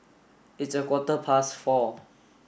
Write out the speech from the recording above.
its a quarter past four